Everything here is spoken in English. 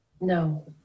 No